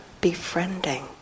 befriending